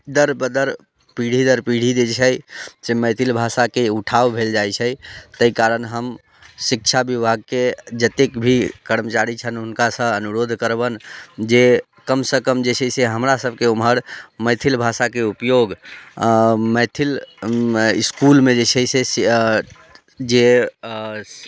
दर ब दर पीढ़ी दर पीढ़ी जे छै से मैथिल भाषाके उठाव भेल जाइत छै ताहि कारण हम शिक्षा विभागके जतेक भी कर्मचारी छनि हुनकासँ अनुरोध करबनि जे कमसँ कम जे छै से हमरा सभके ओम्हर मैथिली भाषाके उपयोग मैथिल इसकुलमे जे छै से जे